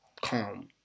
calm